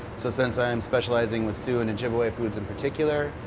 so sometimes specializing with sioux and ojibwe foods in particular.